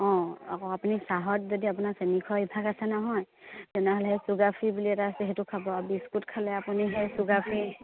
অঁ আকৌ আপুনি চাহত যদি আপোনাৰ চেনিখোৱা অভ্যাস আছে নহয় তেনেহ'লে সেই চুগাৰ ফ্ৰী বুলি এটা আছে সেইটো খাব আৰু বিস্কুট খালে আপুনি সেই চুগাৰ ফ্ৰী